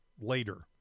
later